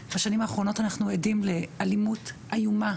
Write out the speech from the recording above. בשנים האחרונות אנחנו עדים לאלימות איומה